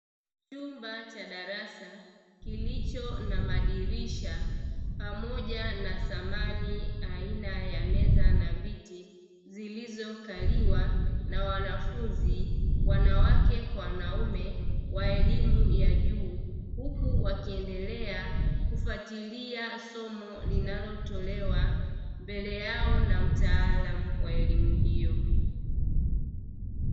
Chumba cha darasa kilicho na madirisha pamoja na samani aina ya meza na viti zilizo kaliwa na wanafunzi wanawake kwa wanaume wa elimu ya juu huku wakiendelea kufatilia somo linalotolewa mbele yao na mtaalamu wa elimu hiyo.